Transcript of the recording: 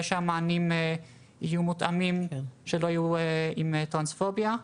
שהמענים יהיו מותאמים ושלא יהיו עם טרנספוביה.